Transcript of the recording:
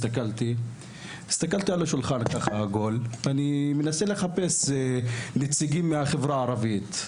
הסתכלתי סביב השולחן העגול וחיפשתי נציגים מהחברה הערבית.